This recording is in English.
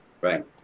Right